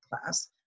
class